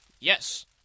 Yes